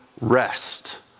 rest